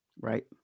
Right